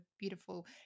beautiful